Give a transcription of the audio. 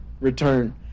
return